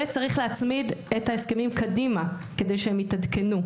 וצריך להצמיד את ההסכמים קדימה כדי שהם יתעדכנו,